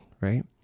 right